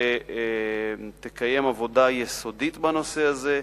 והיא תקיים עבודה יסודית בנושא הזה,